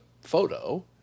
photo